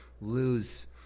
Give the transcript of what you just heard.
lose